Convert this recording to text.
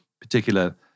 particular